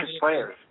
players